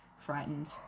frightened